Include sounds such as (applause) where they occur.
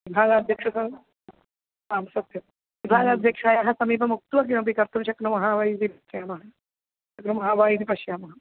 विभागाध्यक्षः आं सत्यं विभागाध्यक्षस्य समीपम् उक्त्वा किमपि कर्तुं शक्नुमः वा इति पश्यामः (unintelligible) इति पश्यामः